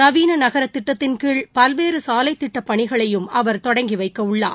நவீன நகர திட்டத்தின்கீழ் பல்வேறு சாலை திட்டப் பணிகளையும் அவர் தொடங்கி வைக்க உள்ளார்